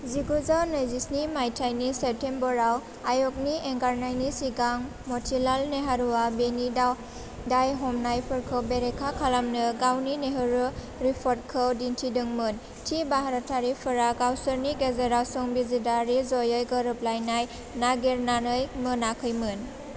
जिगुजौ नैजिस्नि मायथाइनि सेप्तेम्बराव आय'गनि एंगारनायनि सिगां म'तिलाल नेहरुआ बेनि दा दाय हमनायफोरखौ बेरेखा खालामनो गावनि नेहरु रिपर्टखौ दिन्थिदोंमोन थि भारतारिफोरा गावसोरनि गेजेराव संबिजिदारि जयै गोरोबलायनाय नागिरनानै मोनाखैमोन